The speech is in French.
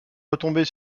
retomber